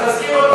תזכיר אותו גם,